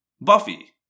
Buffy